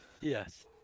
yes